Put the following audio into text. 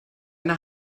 eine